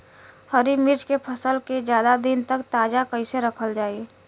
हरि मिर्च के फसल के ज्यादा दिन तक ताजा कइसे रखल जाई?